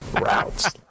Routes